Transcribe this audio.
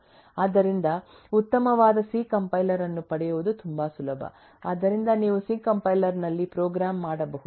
ಆದ್ದರಿಂದ ಉತ್ತಮವಾದ C compiler ಅನ್ನು ಪಡೆಯುವುದು ತುಂಬಾ ಸುಲಭ ಆದ್ದರಿಂದ ನೀವು ಸಿ ಕಂಪೈಲರ್ನಲ್ಲಿ ಪ್ರೋಗ್ರಾಂ ಮಾಡಬಹುದು